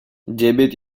диабет